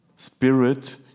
Spirit